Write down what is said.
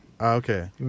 okay